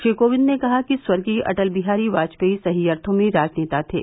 श्री कोविंद ने कहा कि स्वर्गीय अटल बिहारी वाजपेयी सही अर्थो में राजनेता थे